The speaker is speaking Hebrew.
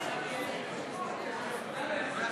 בממשלה לא נתקבלה.